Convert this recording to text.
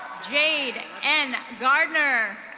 jade n gardner.